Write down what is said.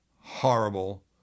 horrible